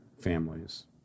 families